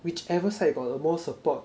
whichever side got the more support